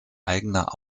eigener